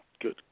Good